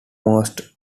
most